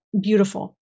beautiful